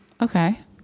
Okay